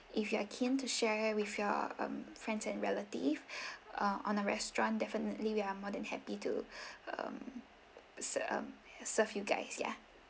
if you are keen to share with your um friends and relatives uh on the restaurant definitely we are more than happy to um serve you guys yeah